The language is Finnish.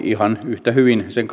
ihan yhtä hyvin sen